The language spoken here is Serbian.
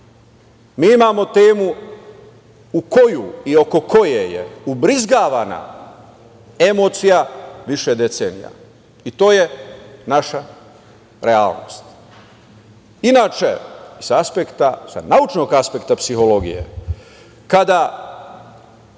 imamo temu u koju i oko koje je ubrizgavana emocija više decenija. To je naša realnost. Inače, sa naučnog aspekta psihologije kada